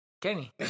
Kenny